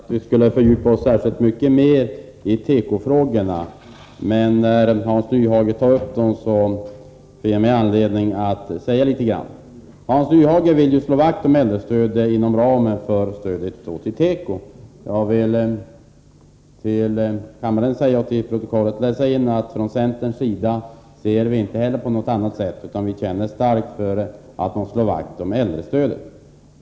Fru talman! Jag tänkte inte att vi skulle fördjupa oss så mycket mer i tekofrågorna, men när Hans Nyhage tar upp dem ger det mig anledning att säga några ord. Hans Nyhage vill slå vakt om äldrestödet inom ramen för stödet till teko. Jag vill inför kammaren säga och till protokollet läsa in att inte heller vi från centerns sida ser dessa frågor på något annat sätt, utan vi känner starkt för att slå vakt om äldrestödet.